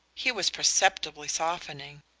he was perceptibly softening.